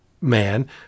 man